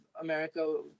America